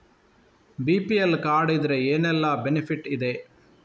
BPL card ಇದ್ರೆ ಏನೆಲ್ಲ benefit ಇದೆ?